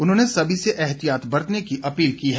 उन्होंने सभी से ऐहतियात बरतने की अपील की है